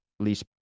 least